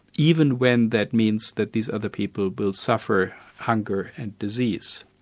even when that means that these other people will suffer hunger and disease.